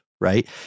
Right